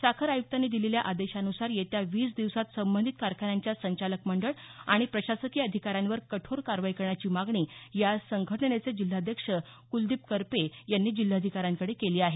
साखर आयुक्तांनी दिलेल्या आदेशानुसार येत्या वीस दिवसात संबंधित कारखान्यांच्या संचालक मंडळ आणि प्रशासकीय अधिकाऱ्यांवर कठोर कारवाई करण्याची मागणी या संघटनेचे जिल्हाध्यक्ष कुलदीप करपे यांनी जिल्हाधिकाऱ्यांकडे केली आहे